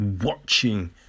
watching